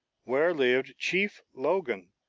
where lived chief logan,